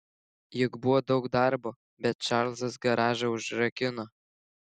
juk buvo daug darbo bet čarlzas garažą užrakino